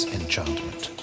enchantment